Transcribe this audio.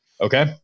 Okay